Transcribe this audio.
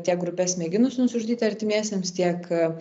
tiek grupes mėginusių nusižudyti artimiesiems tiek